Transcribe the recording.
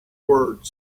words